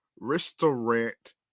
restaurant